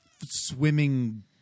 swimming